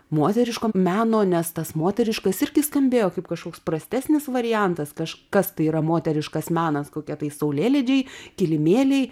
moteriško meno nes tas moteriškas irgi skambėjo kaip kažkoks prastesnis variantas kaž kas tai yra moteriškas menas kokie tai saulėlydžiai kilimėliai